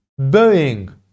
Boeing